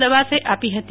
દબાસે આપી હતી